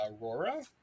Aurora